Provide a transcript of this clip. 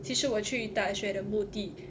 其实我去大学的目的